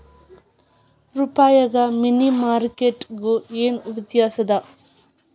ರೂಪಾಯ್ಗು money market ಗು ಏನ್ ವ್ಯತ್ಯಾಸದ